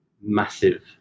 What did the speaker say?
massive